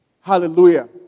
Hallelujah